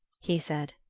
he said.